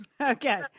Okay